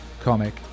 comic